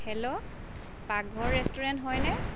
hello পাকঘৰ restaurant হয়নে